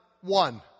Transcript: one